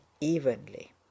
evenly